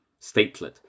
statelet